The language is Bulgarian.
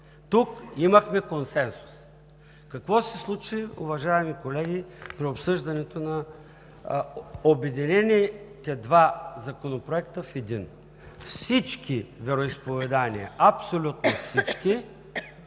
Тук имахме консенсус. Какво се случи, уважаеми колеги, при обсъждането на обединените два законопроекта в един? Всички вероизповедания, абсолютно всички,